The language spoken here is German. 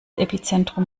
epizentrum